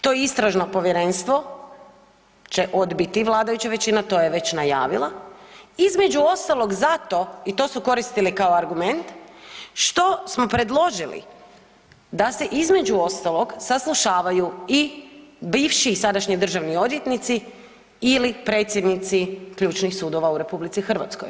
To istražno povjerenstvo će odbiti vladajuća većina, to je već najavila između ostalog zato i to su koristili kao argument što smo predložili da se između ostalog saslušavaju i bivši i sadašnji državni odvjetnici ili predsjednici ključnih sudova u RH.